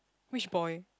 which boy